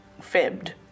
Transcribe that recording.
fibbed